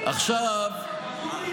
אני עצרתי את הזמן.